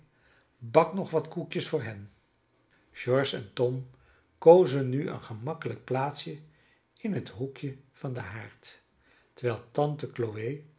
bak nog wat koekjes voor hen george en tom kozen nu een gemakkelijk plaatsje in het hoekje van den haard terwijl tante